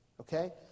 okay